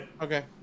Okay